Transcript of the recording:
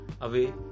Away